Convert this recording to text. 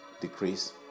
Decrease